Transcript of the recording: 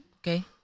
Okay